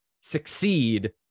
succeed